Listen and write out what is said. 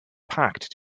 packed